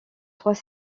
trois